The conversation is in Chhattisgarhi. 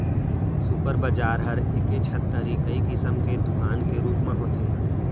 सुपर बजार ह एके छत तरी कई किसम के दुकान के रूप म होथे